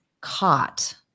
caught